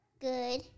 Good